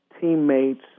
teammates